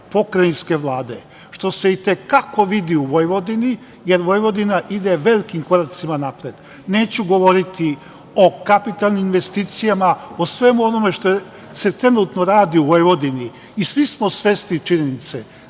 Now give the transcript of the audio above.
pokrajinske Vlade, što se i te kako vidi u Vojvodini, jer Vojvodina ide velikim koracima napred. Neću govoriti o kapitalnim investicijama, o svemu onome što se trenutno radi u Vojvodini. Svi smo svesni činjenice